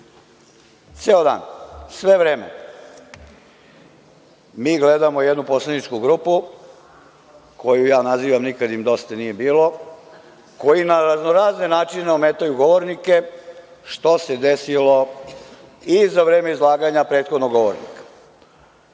dan, sve vreme mi gledamo jednu poslaničku grupu, koju ja nazivam „nikad im dosta nije bilo“, koji na raznorazne načine ometaju govornike, što se desilo i za vreme izlaganja prethodnog govornika. Ja